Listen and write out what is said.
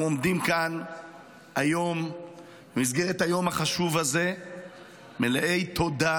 אנחנו עומדים כאן היום במסגרת היום החשוב הזה מלאי תודה,